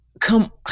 Come